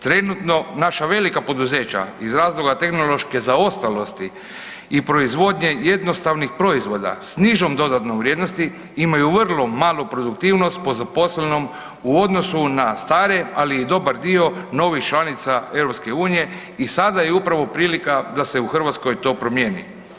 Trenutno naša velika poduzeća iz razloga tehnološke zaostalosti i proizvodnje jednostavnih proizvoda s nižom dodatnom vrijednosti, imaju vrlo malu produktivnost po zaposlenom u odnosu na stare ali i dobar dio novih članica EU-a i sada je upravo prilika da se u Hrvatskoj to promijeni.